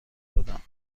دادم